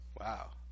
Wow